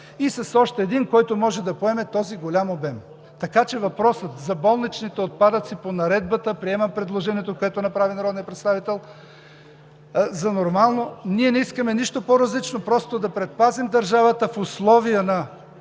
и с още един, който може да поеме този голям обем. Така че въпросът за болничните отпадъци по наредбата – приемам предложението, което направи народният представител за нормално, ние не искаме нищо по-различно, а просто да предпазим държавата в условия на